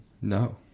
no